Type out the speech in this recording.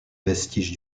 vestiges